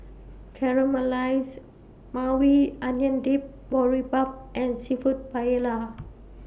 Caramelized Maui Onion Dip Boribap and Seafood Paella